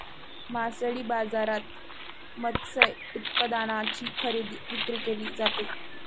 मासळी बाजारात मत्स्य उत्पादनांची खरेदी विक्री केली जाते